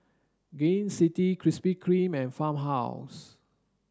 Gain City Krispy Kreme and Farmhouse